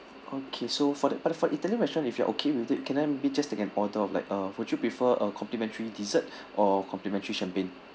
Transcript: okay so for the but the for italian restaurant if you are okay with it can I maybe just take an order of like uh would you prefer a complimentary dessert or complimentary champagne